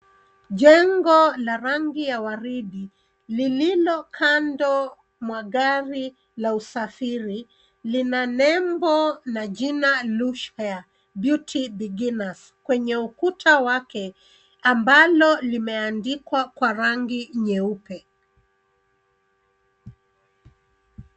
Jengo la rangi ya waridi lilo kando mwa gari la usafiri, lina lebo na jina lush hair beauty beginners kwenye ukuta wake, ambalo limeandikwa kwa rangi nyeupe.